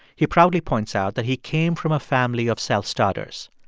he proudly points out that he came from a family of self-starters.